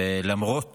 ולמרות